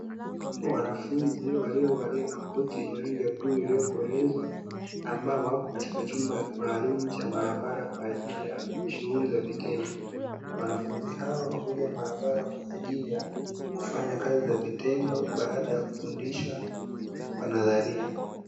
Wanafunzi waliyovalia makoti ya rangi ya bluu iliyokolezwa ambao wapo katika chumba maalumu cha maabara, kwa ajili ya shughuli za vitendo, wanafunzi hao huja maabara kwa ajili ya kufanya kazi za vitendo.